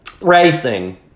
racing